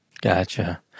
Gotcha